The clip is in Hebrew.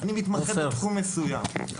אני מתמצא בתחום מסוים.